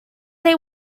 they